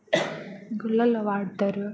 గుళ్ళల్లో వాడతారు